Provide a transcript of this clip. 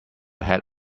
head